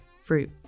fruit